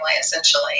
essentially